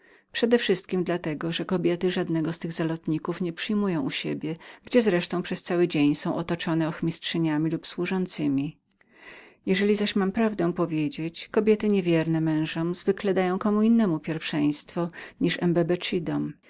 naprzód dla tego że kobiety żadnego z tych zalotników nie przyjmują u siebie powtóre że zawsze są otoczone ochmistrzyniami lub służebnemi jeżeli zaś mam prawdę powiedzieć kobiety niewierne mężom zwykle dają komu innemu pierwszeństwo niż embecevidom